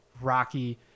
rocky